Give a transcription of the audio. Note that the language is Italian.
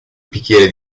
bicchiere